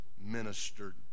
ministered